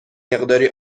مقداری